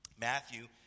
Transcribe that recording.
Matthew